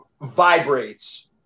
vibrates